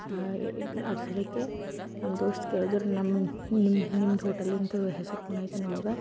ಅದ್ರ ಸಲೆಕ್ಕೆ ನಮ್ಮ ದೋಸ್ತ ಕೇಳಿದ್ರು ನಮ್ಮನೆ ನಿಮ್ಮ ನಿಮ್ಮದು ಹೋಟೆಲಿನ ಹೆಸರು ಕೊಂಡೊಯ್ತಿನಿಮಗ